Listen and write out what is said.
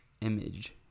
image